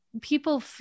people